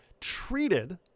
treated